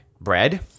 bread